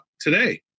today